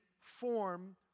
form